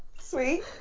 Sweet